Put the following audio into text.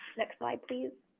next slide please.